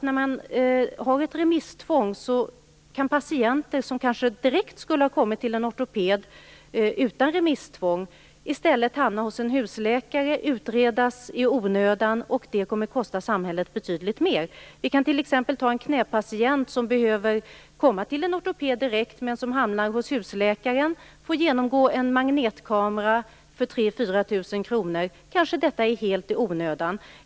När man har ett remisstvång kan patienter som kanske skulle har kommit till en ortoped direkt, utan remisstvång, i stället hamna hos en husläkare och utredas i onödan. Det kommer att kosta samhället betydligt mer. Vi kan som exempel ta en knäpatient som behöver komma direkt till ortodped men som hamnar hos husläkaren. Patienten får gå igenom en magnetröntgen för 3 000-4 000 kr, kanske helt i onödan.